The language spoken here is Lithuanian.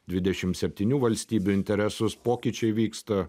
dvidešim septynių valstybių interesus pokyčiai vyksta